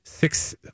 Six